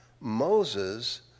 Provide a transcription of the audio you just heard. Moses